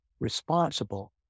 responsible